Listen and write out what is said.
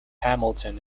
hamilton